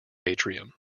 atrium